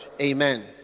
Amen